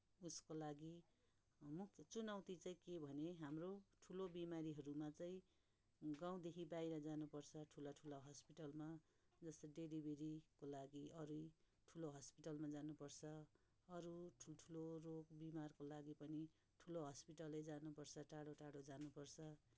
उसको लागि मुख्य चुनौती चाहिँ के भने हाम्रो ठुलो बिमारीहरूमा चाहिँ गाउँदेखि बाहिर जानुपर्छ ठुला ठुला हस्पिटलमा जस्तो डेलिबेरीको लागि अरूै ठुलो हस्पिटलमा जानुपर्छ अरू ठुल ठुलो रोग बिमारको लागि पनि ठुलो हस्पिटलै जानुपर्छ टाढो टाढो जानुपर्छ